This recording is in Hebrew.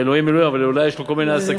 אלוהים, אלוהים, אבל אולי יש לו כל מיני עסקים.